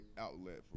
outlet